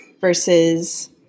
versus